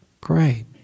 great